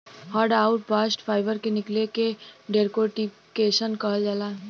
hurd आउर bast fibre के निकले के डेकोर्टिकेशन कहल जाला